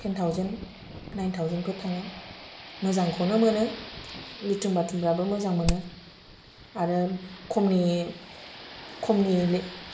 ten thousand nine थावजेनफोर थाङो मोजांखौनो मोनो लेट्रिन बाथ्रुमफोराबो मोजांखौनो मोनो आरो खमनि खमनि